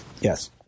Yes